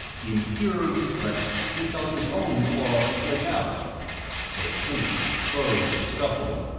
in pure reflex he felt his own claws flick out they clinched, closed, scuffled,